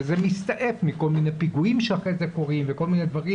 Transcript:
וזה מסתעף מכל מיני פיגועים שאחרי זה קורים וכל מיני דברים,